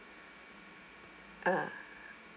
ah